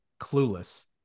Clueless